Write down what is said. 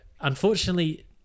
unfortunately